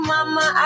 Mama